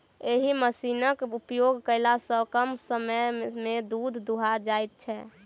एहि मशीनक उपयोग कयला सॅ कम समय मे दूध दूहा जाइत छै